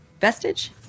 Vestige